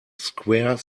square